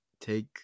take